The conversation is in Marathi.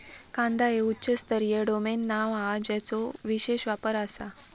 कांदा हे उच्च स्तरीय डोमेन नाव हा ज्याचो विशेष वापर आसा